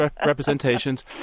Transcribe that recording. representations